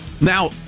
Now